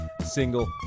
single